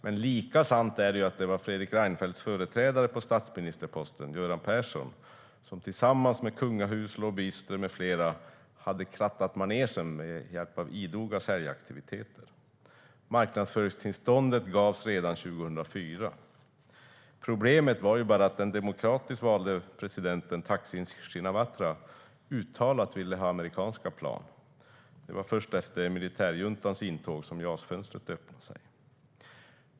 Men lika sant är att det var Fredrik Reinfeldts företrädare på statsministerposten, Göran Persson, som tillsammans med kungahus, lobbyister med flera hade krattat manegen genom idoga säljaktiviteter. Marknadsföringstillståndet gavs redan 2004. Problemet var bara att den demokratiskt valde presidenten Thaksin Shinawatra uttalat ville ha amerikanska plan. Det var först efter militärjuntans intåg som JAS-fönstret öppnades.